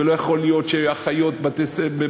ולא יכול להיות שאחיות בבתי-ספר.